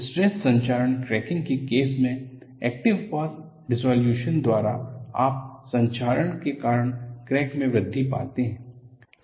stress संक्षारण cracking के case में एक्टिव पाथ डिस्सॉलयूश्न द्वारा आप संक्षारण के कारण क्रैक में वृद्धि पाते हैं